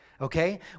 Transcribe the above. okay